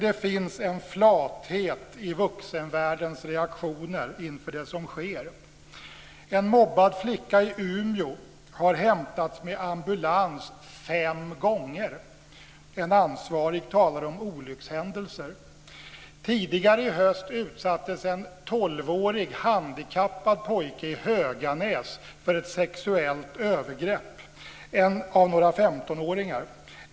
Det finns en flathet i vuxenvärldens reaktioner inför det som sker. En mobbad flicka i Umeå har hämtats med ambulans fem gånger. En ansvarig talar om olyckshändelser. Tidigare i höst utsattes en 12-årig handikappad pojke i Höganäs för ett sexuellt övergrepp av några 15-åringar.